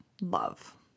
love